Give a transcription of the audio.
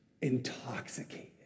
intoxicated